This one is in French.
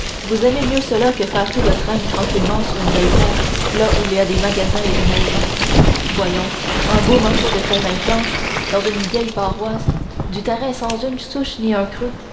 vous aimez mieux cela que faire tout votre règne tranquillement sur une belle terre là où il y a des magasins et des maisons voyons un beau morceau de terrain planche dans une vieille paroisse du terrain sans une souche ni un creux